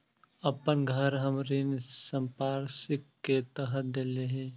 अपन घर हम ऋण संपार्श्विक के तरह देले ही